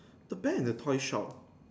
the bear in the toy shop